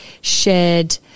shared